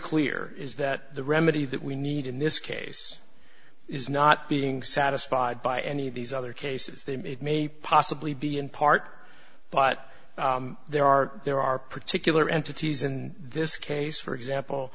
clear is that the remedy that we need in this case is not being satisfied by any of these other cases they made may possibly be in part but there are there are particular entities in this case for example